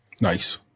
Nice